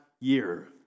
year